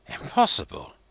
Impossible